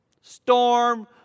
Storm